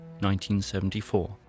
1974